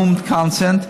presumed consent.